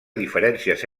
diferències